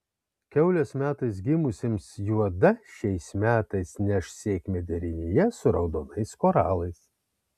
kiaulės metais gimusiems juoda šiais metais neš sėkmę derinyje su raudonais koralais